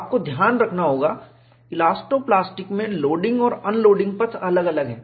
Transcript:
आपको ध्यान रखना होगा इलास्टो - प्लास्टिक में लोडिंग और अनलोडिंग पथ अलग अलग हैं